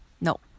no